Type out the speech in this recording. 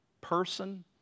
person